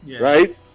Right